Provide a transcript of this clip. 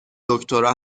دکترا